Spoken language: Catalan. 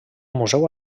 museu